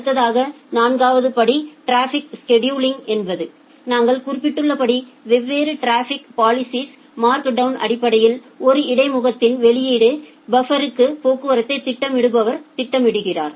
அடுத்ததாக நான்காவது படி டிராபிக் ஸ்கெடுய்ல்லிங் என்பது நாங்கள் குறிப்பிட்டுள்ளபடி வெவ்வேறு டிராபிக் பாலிஸா்ஸ்மார்க் டவுன் அடிப்படையில் ஒரு இடைமுகத்தின் வெளியீட்டு பஃப்ருகளாக போக்குவரத்தை திட்டமிடுபவர் திட்டமிடுகிறார்